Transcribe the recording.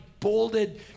bolded